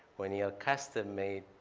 when you're custom made,